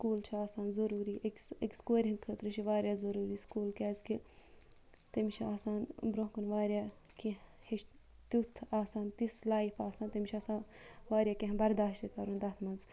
school چھُ آسان ضروٗری أکِس أکِس کورِ ہِنٛدۍ خٲطرِ چھُ یہِ واریاہ ضروٗری سکوٗل کیازِ کہِ تٔمِس چھُ آسان برونٛہہ کُن واریاہ کینٛہہ تِیُتھ آسان تِژھ آسان لایِف آسان تٔمِس چھُ آسان واریاہ کینٛہہ بَرداش تہِ کَرُن تَتھ مَنٛز